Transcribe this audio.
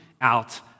out